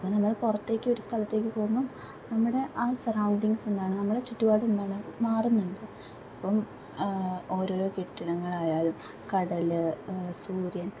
അപ്പോൾ നമ്മള് പുറത്തേക്ക് ഒരു സ്ഥലത്തേക്ക് പോകുമ്പം നമ്മുടെ ആ സറൗണ്ടിങ്സ് എന്താണ് നമ്മുടെ ചുറ്റുപാട് എന്താണ് മാറുന്നുണ്ട് അപ്പോൾ ഓരോരോ കെട്ടിടങ്ങളായാലും കടല് സൂര്യൻ